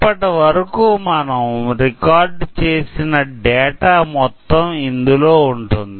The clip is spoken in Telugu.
ఇప్పటి వరకు మనం రికార్డు చేసిన డేటా మొత్తం ఇందు లో ఉంటుంది